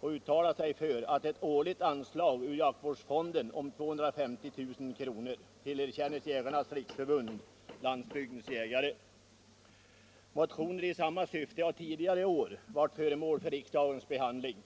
att uttala sig för att ett årligt anslag ur jaktvårdsfonden om 250 000 kr. tillerkänns Jägarnas riksförbund-Landsbygdens jägare. Motioner i samma syfte har tidigare år varit föremål för riksdagens behandling.